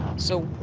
so,